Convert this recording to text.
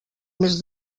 més